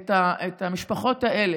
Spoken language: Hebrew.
את המשפחות האלה,